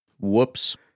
whoops